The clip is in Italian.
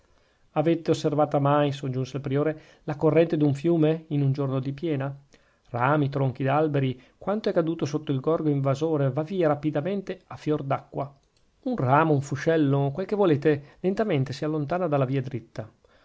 avete osservata mai soggiunse il priore la corrente d'un fiume in un giorno di piena rami tronchi d'alberi quanto è caduto sotto il gorgo invasore va via rapidamente a fior d'acqua un ramo un fuscello quel che volete lentamente si allontana dalla via diritta